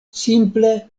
simple